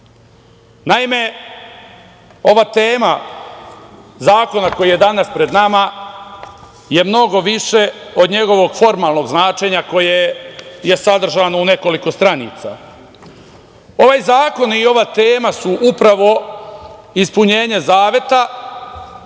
Naime, ova tema zakona koji je danas pred nama je mnogo više od njegovog formalnog značenja koje je sadržano u nekoliko stranica. Ovaj zakon i ova tema su upravo ispunjenje zaveta